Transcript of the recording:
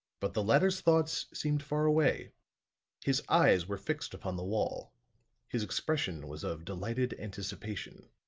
but the latter's thoughts seemed far away his eyes were fixed upon the wall his expression was of delighted anticipation.